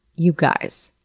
you guys.